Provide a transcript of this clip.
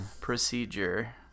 procedure